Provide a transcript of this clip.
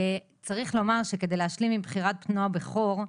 צריך לומר שכדי להשלים עם בחירת בנו הבכור,